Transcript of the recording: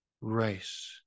race